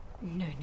no